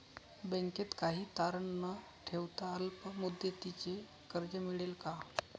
बँकेत काही तारण न ठेवता अल्प मुदतीचे कर्ज मिळेल का?